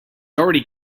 already